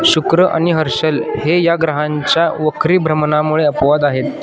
शुक्र आणि हर्षल हे या ग्रहांच्या वक्री भ्रमणामुळे अपवाद आहेत